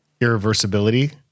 irreversibility